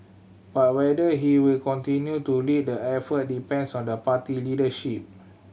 but whether he will continue to lead the effort depends on the party leadership